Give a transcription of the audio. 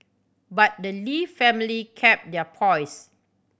but the Lee family kept their poise